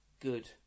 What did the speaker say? good